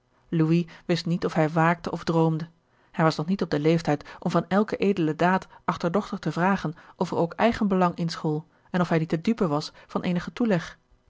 louis wist niet of hij waakte of droomde hij was nog niet op den leeftijd om van elke edele daad achterdochtig te vragen of er ook eigen belang in school en of hij niet de dupe was van eenigen